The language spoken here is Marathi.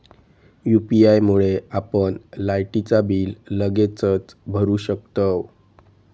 यू.पी.आय मुळे आपण लायटीचा बिल लगेचच भरू शकतंव